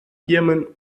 firmen